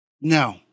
No